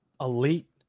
elite